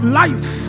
life